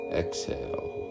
exhale